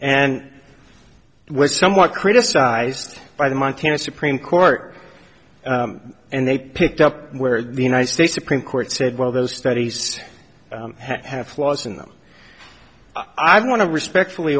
was somewhat criticized by the montana supreme court and they picked up where the united states supreme court said well those studies have flaws in them i want to respectfully